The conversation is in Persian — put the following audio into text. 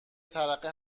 ترقه